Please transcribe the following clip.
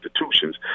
institutions